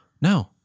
No